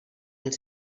els